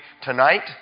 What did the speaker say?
tonight